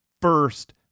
first